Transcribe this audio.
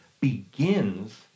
begins